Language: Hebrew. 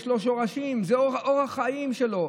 זה אורח החיים שלו,